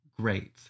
great